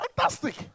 fantastic